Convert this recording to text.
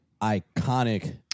iconic